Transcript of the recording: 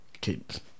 kids